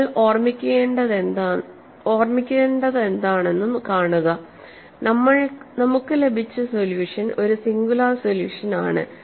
നിങ്ങൾ ഓർമ്മിക്കേണ്ടതെന്താണെന്ന് കാണുക നമുക്ക് ലഭിച്ച സൊല്യൂഷൻ ഒരു സിംഗുലാർ സൊല്യൂഷൻ ആണ്